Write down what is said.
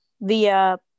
via